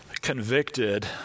convicted